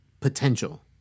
potential